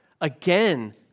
Again